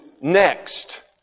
next